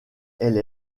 elle